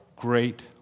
Great